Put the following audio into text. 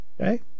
Okay